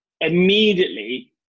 immediately